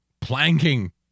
Planking